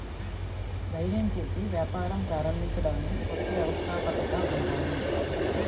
ధైర్యం చేసి వ్యాపారం ప్రారంభించడాన్ని కొత్త వ్యవస్థాపకత అంటారు